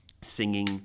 singing